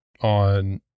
on